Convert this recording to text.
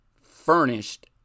furnished